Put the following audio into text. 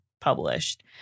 published